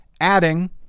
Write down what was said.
adding